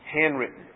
Handwritten